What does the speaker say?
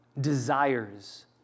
desires